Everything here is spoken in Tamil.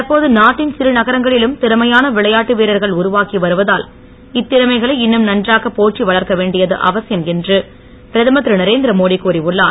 தற்போது நாட்டின் சிறு நகரங்களிலும் திறமையான விளையாட்டு வீரர்கள் உருவாகி வருவதால் இத்திறமைகளை இன்னும் நன்றுகப் போற்றி வளர்க்க வேண்டியது அவசியம் என்று பிரதமர் திருநரேந்திர மோடி கூறியுள்ளார்